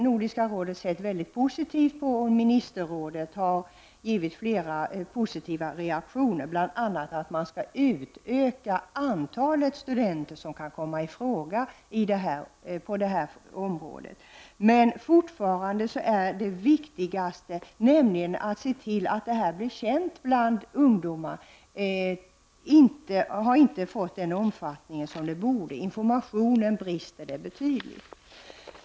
Nordiska rådet har sett mycket positivt på förslaget, och ministerrådet har givit flera positiva reaktioner, bl.a. att antalet studenter som kan komma i fråga på detta område skall utökas. Men det viktigaste i detta sammanhang är att se till att denna verksamhet blir känd bland ungdomar, och på den punkten finns det fortfarande brister i informationen.